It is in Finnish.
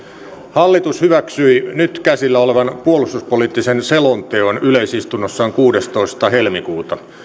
hallitus hyväksyi nyt käsillä olevan puolustuspoliittisen selonteon yleisistunnossaan kuudestoista helmikuuta